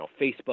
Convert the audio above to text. Facebook